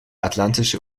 atlantische